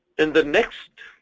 then the next